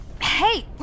Hey